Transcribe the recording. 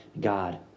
God